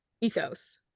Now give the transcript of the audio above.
ethos